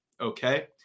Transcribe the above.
Okay